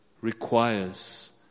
requires